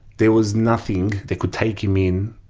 there was nothing that could take him in.